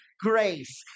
grace